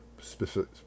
specific